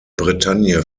bretagne